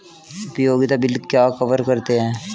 उपयोगिता बिल क्या कवर करते हैं?